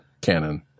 canon